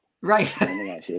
right